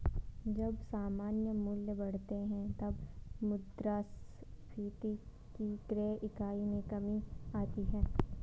जब सामान्य मूल्य बढ़ते हैं, तब मुद्रास्फीति की क्रय इकाई में कमी आती है